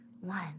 One